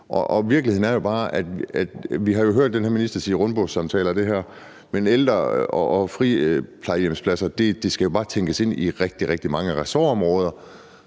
vi har hørt den her minister sige rundbordssamtaler og det her, men de ældre og friplejehjemspladser skal jo bare tænkes ind i rigtig, rigtig mange ressortområder.